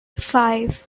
five